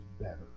better